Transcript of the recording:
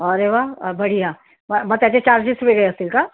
अरे व्वा बढिया वा मग त्याचे चार्जेस वेगळे असतील का